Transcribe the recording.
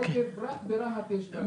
רק ברהט יש בנקים.